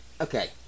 okay